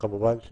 כמובן,